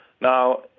Now